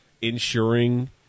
ensuring